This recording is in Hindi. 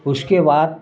उसके बाद